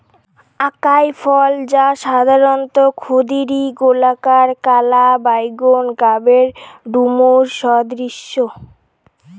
আকাই ফল, যা সাধারণত ক্ষুদিরী, গোলাকার, কালা বাইগোন গাবের ডুমুর সদৃশ